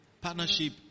Partnership